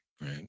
Right